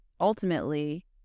ultimately